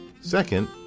Second